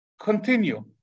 continue